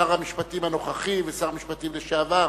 שר המשפטים הנוכחי ושר המשפטים לשעבר: